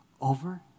over